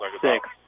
six